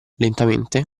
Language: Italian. lentamente